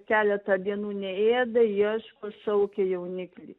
keletą dienų neėda ieško šaukia jauniklį